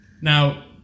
now